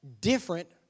different